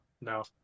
No